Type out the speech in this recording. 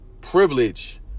privilege